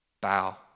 bow